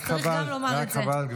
רק חבל,